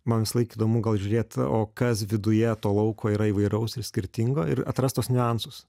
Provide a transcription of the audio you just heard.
man visąlaik įdomu gal žiūrėt o kas viduje to lauko yra įvairaus ir skirtingo ir atrast tuos niuansus